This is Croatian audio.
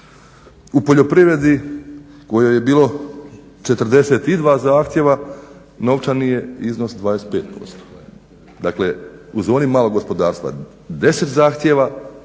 U poljoprivredi u kojoj je bilo 42 zahtjeva novčani je iznos 25%, dakle u zoni malog gospodarstva 10 zahtjeva